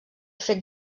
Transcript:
fet